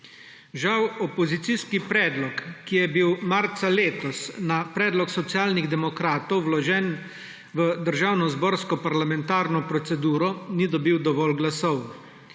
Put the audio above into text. Žal opozicijski predlog, ki je bil marca letos na predlog Socialnih demokratov vložen v državnozborsko parlamentarno proceduro, ni dobil dovolj glasov.